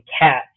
cats